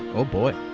oh, boy.